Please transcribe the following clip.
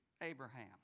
Abraham